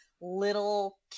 little